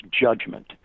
judgment